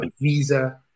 visa